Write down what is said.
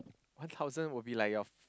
one thousand would be like your